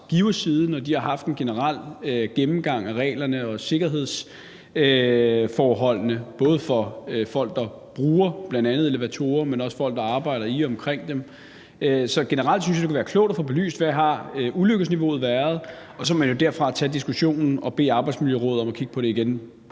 havde haft en generel gennemgang af reglerne og sikkerhedsforholdene, både i forhold til folk, der bruger elevatorerne, men også i forhold til folk, der arbejder i og omkring dem. Så generelt synes jeg, at det kunne være klogt at få belyst, hvad ulykkesniveauet har været; og så må man jo derfra tage diskussionen og bede Arbejdsmiljørådet om at kigge på det igen.